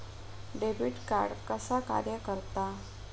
Debit card कसा कार्य करता?